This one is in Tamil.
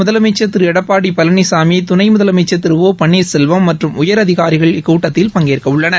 முதலமைச்சர் திரு எடப்பாடி பழனிசாமி துணை முதலமைச்சர் திரு ஓ பன்னீர்செல்வம் மற்றும் உயரதிகாரிகள் இக்கூட்டத்தில் பங்கேற்கவுள்ளனர்